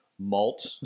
malt